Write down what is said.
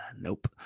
Nope